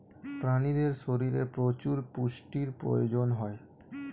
প্রাণীদের শরীরে প্রচুর পুষ্টির প্রয়োজন হয়